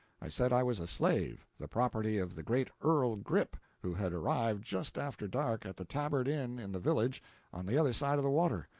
i said i was a slave, the property of the great earl grip, who had arrived just after dark at the tabard inn in the village on the other side of the water,